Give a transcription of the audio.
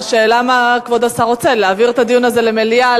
השאלה מה כבוד השר רוצה: להעביר את הדיון הזה למליאה,